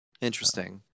Interesting